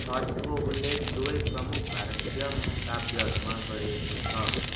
छठको उल्लेख दुबै प्रमुख भारतीय महाकाव्यहरूमा गरिएको छ